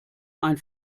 ein